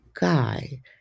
Guy